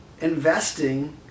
investing